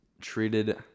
treated